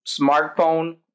smartphone